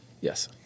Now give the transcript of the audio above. Yes